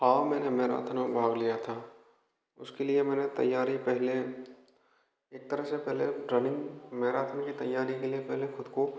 हाँ मैंने मैराथन में भाग लिया था उसके लिए मैंने तैयारी पहले एक तरह से पहले ट्रानिंग मैराथन की तैयारी के लिए पहले खुद को